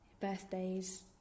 birthdays